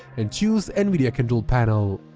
and choose nvidia control panel,